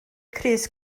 crys